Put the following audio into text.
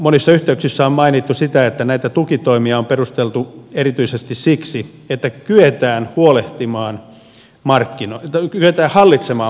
monissa yhteyksissä on mainittu että näitä tukitoimia on perusteltu erityisesti siksi että kyetään hallitsemaan markkinoita